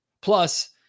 Plus